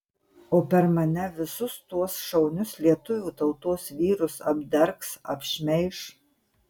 o per mane visus tuos šaunius lietuvių tautos vyrus apdergs apšmeiš